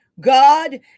God